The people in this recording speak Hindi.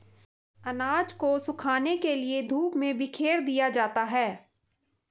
अनाज को सुखाने के लिए धूप में बिखेर दिया जाता है